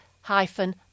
hyphen